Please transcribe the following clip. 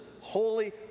holy